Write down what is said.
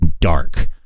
dark